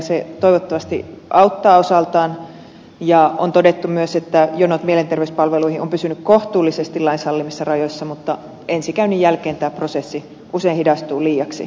se toivottavasti auttaa osaltaan ja on todettu myös että jonot mielenterveyspalveluihin ovat pysyneet kohtuullisesti lain sallimissa rajoissa mutta ensikäynnin jälkeen tämä prosessi usein hidastuu liiaksi